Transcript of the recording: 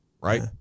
right